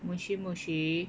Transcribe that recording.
moshi-moshi